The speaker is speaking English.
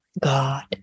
God